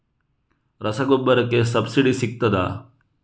ರಸಗೊಬ್ಬರಕ್ಕೆ ಸಬ್ಸಿಡಿ ಸಿಗ್ತದಾ?